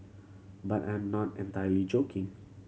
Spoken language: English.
but I'm not entirely joking